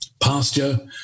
pasture